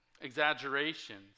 Exaggerations